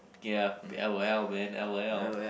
ya l_o_l man l_o_l